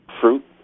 fruit